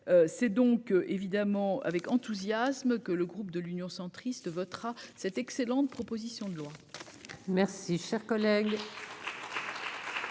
c'est donc évidemment avec enthousiasme que le groupe de l'Union centriste votera cette excellente proposition de loi merci, cher collègue.